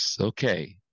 Okay